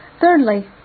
thirdly